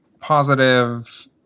positive